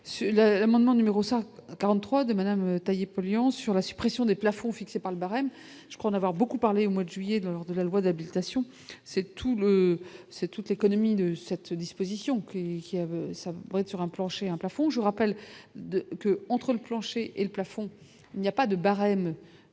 l'amendement numéro 143 de Madame taillé pour Lyon sur la suppression des plafonds fixés par le barème. Je crois n'avoir beaucoup parlé au mois de juillet, dans l'heure de la loi d'habilitation, c'est tout, c'est toute l'économie de cette disposition clé ça, être sur un plancher et un plafond, je rappelle que, entre le plancher et le plafond, il n'y a pas de barème